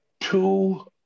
two